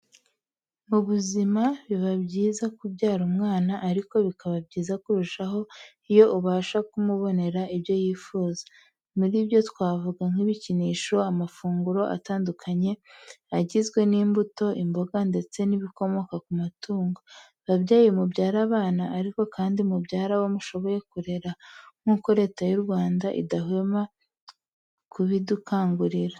Mu buzima biba byiza kubyara umwana ariko bikaba byiza kurushaho iyo ubasha kumubonera ibyo yifuza, muri byo twavuga nk'ibikinisho, amafunguro atandukanye agizwe n'imbuto, imboga ndetse n'ibikomoka ku matungo. Babyeyi mubyare abana ariko kandi mubyare abo mushoboye kurera nk'uko Leta y'u Rwanda idahwema kubidukangurira.